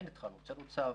כן התחלנו הוצאנו צו